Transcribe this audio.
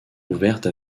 ouverte